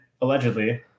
allegedly